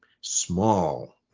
small